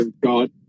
god